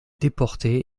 déporté